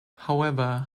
however